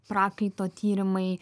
prakaito tyrimai